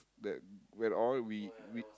that when all we we